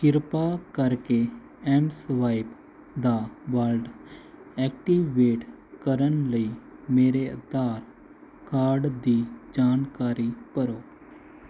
ਕ੍ਰਿਪਾ ਕਰਕੇ ਐੱਮਸਵਾਇਪ ਦਾ ਵਾਲਟ ਐਕਟੀਵੇਟ ਕਰਨ ਲਈ ਮੇਰੇ ਆਧਾਰ ਕਾਰਡ ਦੀ ਜਾਣਕਾਰੀ ਭਰੋ